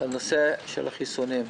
נושא החיסונים,